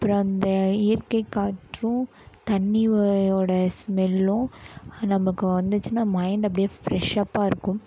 அப்புறம் அந்த இயற்கை காற்றும் தண்ணியோட ஸ்மெல்லும் நமக்கு வந்துச்சின்னா மைண்ட் அப்படியே பிரெஷப்பாக இருக்கும்